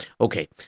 Okay